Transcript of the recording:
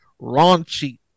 raunchy